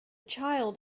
child